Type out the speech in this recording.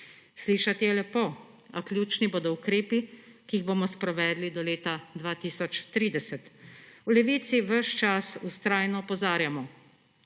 Slišati je lepo, a ključni bodo ukrepi, ki jih bomo izvedli do leta 2030. V Levici ves čas vztrajno opozarjamo,